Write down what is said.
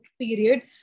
period